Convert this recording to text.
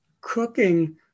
cooking